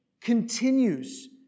continues